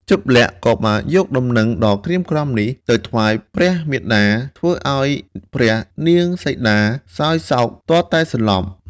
ជប្បលក្សណ៍ក៏បានយកដំណឹងដ៏ក្រៀមក្រំនេះ ទៅថ្វាយព្រះមាតា ធ្វើឱ្យព្រះនាងសីតាសោយសោកទាល់តែសន្លប់។